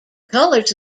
colours